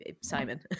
Simon